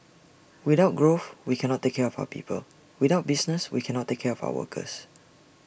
without growth we cannot take care of our people without business we cannot take care of our workers